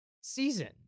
season